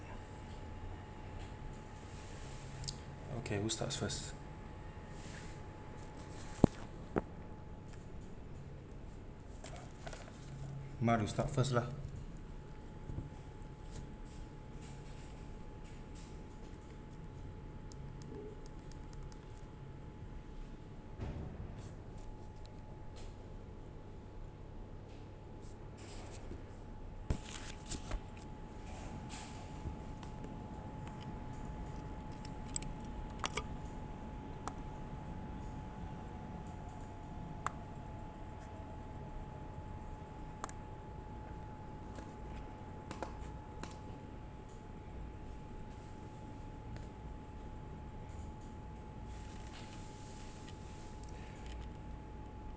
okay who start first my to start first lah